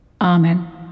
Amen